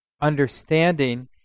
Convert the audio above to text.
understanding